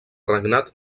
regnat